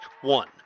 one